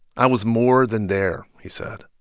i was more than there, he said.